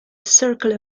circle